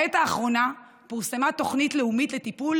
בעת האחרונה פורסמה תוכנית לאומית לטיפול